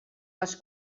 les